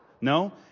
No